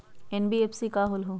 NBFC का होलहु?